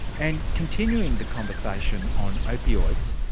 and continuing the conversation on opioids,